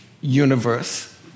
universe